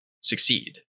succeed